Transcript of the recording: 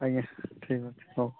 ଆଜ୍ଞା ଠିକ୍ ଅଛି ହଉ